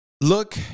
look